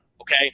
Okay